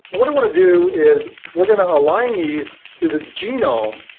and what i want to do is, we're going to align these to the genome.